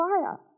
fire